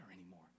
anymore